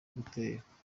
guteka